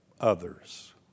others